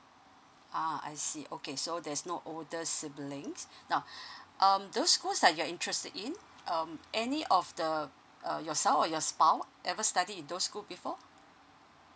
uh I see okay so there's no older siblings now um those school that you're interested in um any of the uh yourself or your spouse ever study in those school before